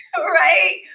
Right